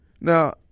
Now